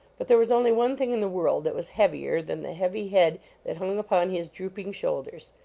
but there was only one thing in the world that was heavier than the heavy head that hung upon his drooping shoulders.